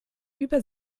über